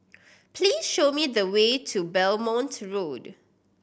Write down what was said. please show me the way to Belmont Road